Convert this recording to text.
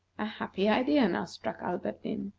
a happy idea now struck alberdin.